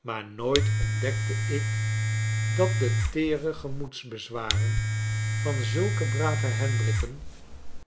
maar nooit ontdekte ik dat de teere gemoedsbezwaren van zulke brave hendrikken